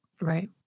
Right